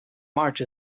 march